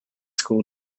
school